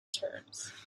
terms